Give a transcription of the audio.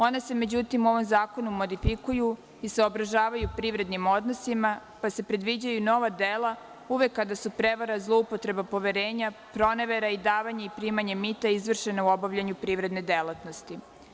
Ona se međutim, u ovom zakonu modifikuju i saobražavaju privrednim odnosima, pa se predviđaju nova dela uvek kada su prevara, zloupotreba poverenja, pronevera i davanje i primanje mita izvršena u obavljanju privredne delatnosti.